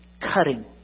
cutting